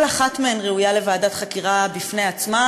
כל אחת מהן ראויה לוועדת חקירה בפני עצמה,